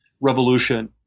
revolution